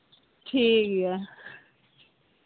ᱴᱷᱤᱠ ᱜᱮᱭᱟ